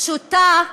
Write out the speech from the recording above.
פשוטה,